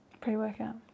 Pre-workout